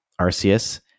Arceus